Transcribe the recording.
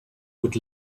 would